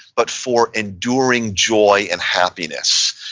but for enduring joy and happiness,